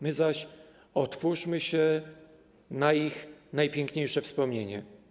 My zaś otwórzmy się na ich najpiękniejsze wspomnienie.